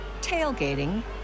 tailgating